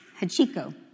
Hachiko